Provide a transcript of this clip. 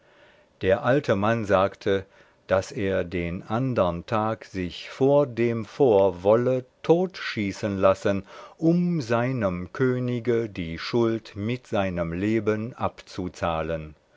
der alte mann sagte daß er den andern tag sich vor dem fort wolle totschießen lassen um seinem könige die schuld mit seinem leben abzuzahlen